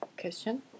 question